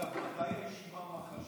דרך אגב, מתי הישיבה מחר?